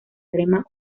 crema